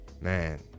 Man